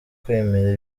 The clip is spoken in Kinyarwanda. kwemera